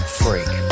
freak